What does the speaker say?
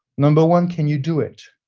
number one, can you do it?